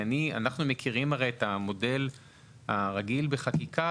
אנחנו מכירים את המודל הרגיל בחקיקה,